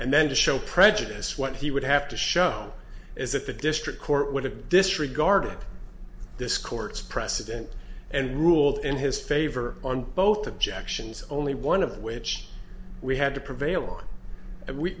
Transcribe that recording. and then to show prejudice what he would have to show is that the district court would have disregarded this court's precedent and ruled in his favor on both objections only one of which we had to prevail on and we